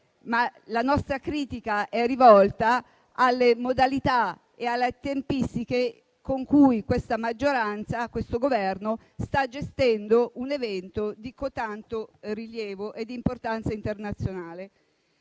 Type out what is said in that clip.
sé. La nostra critica è rivolta alle modalità e alle tempistiche con cui questa maggioranza e questo Governo stanno gestendo un evento di cotanto rilievo e importanza internazionale.